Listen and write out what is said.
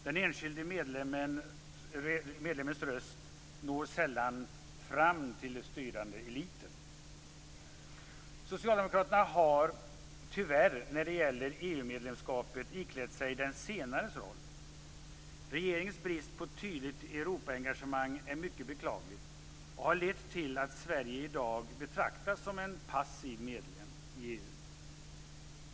Den enskilde medlemmens röst når sällan fram till den styrande eliten. Socialdemokraterna har, tyvärr, när det gäller EU medlemskapet iklätt sig denna senare roll. Regeringens brist på tydligt Europaengagemang är mycket beklagligt och har lett till att Sverige i dag betraktas som en passiv medlem i EU.